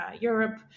Europe